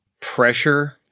pressure